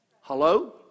Hello